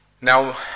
Now